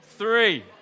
Three